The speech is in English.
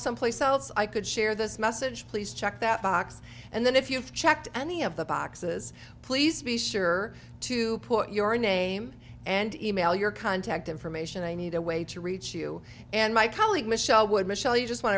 someplace else i could share this message please check that box and then if you've checked any of the boxes please be sure to put your name and e mail your contact information i need a way to reach you and my colleague michelle would michelle you just want